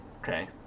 Okay